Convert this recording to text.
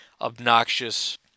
obnoxious